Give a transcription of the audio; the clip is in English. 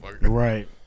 Right